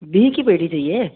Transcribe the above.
बिही की पेटी चाहिए